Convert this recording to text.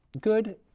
good